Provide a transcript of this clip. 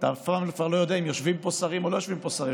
אתה אף פעם כבר לא יודע אם יושבים פה שרים או לא יושבים פה שרים,